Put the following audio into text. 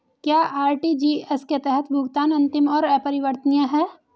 क्या आर.टी.जी.एस के तहत भुगतान अंतिम और अपरिवर्तनीय है?